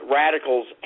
radicals